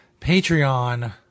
Patreon